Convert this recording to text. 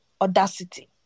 audacity